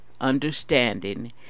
understanding